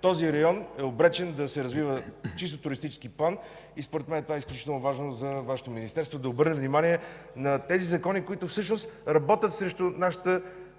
този район е обречен да се развива в чисто туристически план. Това е изключително важно за Вашето министерство – да обърне внимание на законите, които всъщност работят срещу нашата